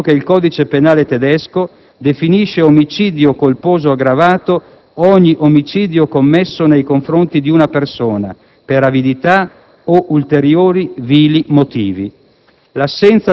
Dal momento che il codice penale tedesco definisce «omicidio colposo aggravato ogni omicidio commesso nei confronti di una persona [...] per avidità o ulteriori vili motivi»,